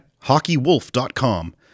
hockeywolf.com